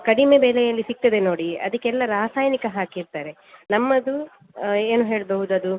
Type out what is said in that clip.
ಕಡಿಮೆ ಬೆಲೆಯಲ್ಲಿ ಸಿಗ್ತದೆ ನೋಡಿ ಅದಕ್ಕೆಲ್ಲ ರಾಸಾಯನಿಕ ಹಾಕಿರ್ತಾರೆ ನಮ್ಮದು ಏನು ಹೇಳ್ಬಹುದು ಅದು